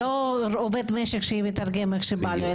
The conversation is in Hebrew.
לא לקחת עובד משק שמתרגם איך שבא לו,